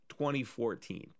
2014